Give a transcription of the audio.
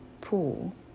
pool